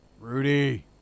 Rudy